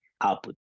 output